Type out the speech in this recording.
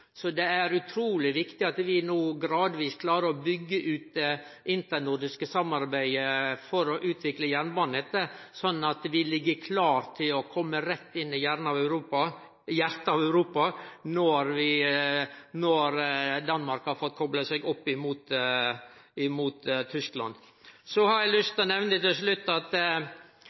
Det er utruleg viktig at vi no gradvis klarer å byggje ut det internordiske samarbeidet for å utvikle jernbanenettet, slik at vi er klare til å kome rett inn i hjartet av Europa når Danmark har fått kopla seg opp imot Tyskland. Så har eg lyst til å nemne til slutt at